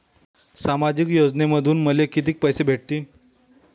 सामाजिक योजनेमंधून मले कितीक पैसे भेटतीनं?